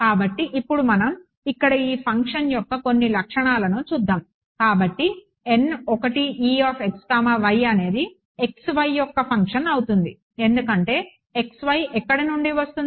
కాబట్టి ఇప్పుడు మనం ఇక్కడ ఈ ఫంక్షన్ యొక్క కొన్ని లక్షణాలను చూద్దాం కాబట్టి అనేది x y యొక్క ఫంక్షన్ అవుతుంది ఎందుకంటే x y ఎక్కడ నుండి వస్తుంది